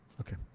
Okay